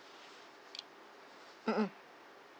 mm mm